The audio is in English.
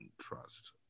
trust